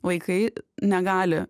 vaikai negali